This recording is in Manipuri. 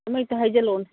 ꯑꯃ ꯍꯦꯛꯇ ꯍꯥꯏꯖꯜꯂꯛꯑꯣ